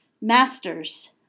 masters